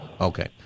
Okay